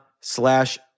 slash